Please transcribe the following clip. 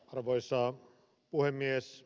arvoisa puhemies